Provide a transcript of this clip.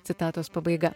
citatos pabaiga